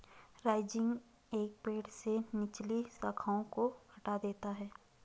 rising एक पेड़ से निचली शाखाओं को हटा देता है